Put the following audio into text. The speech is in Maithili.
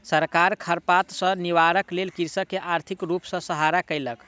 सरकार खरपात सॅ निवारणक लेल कृषक के आर्थिक रूप सॅ सहायता केलक